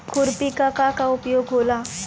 खुरपी का का उपयोग होला?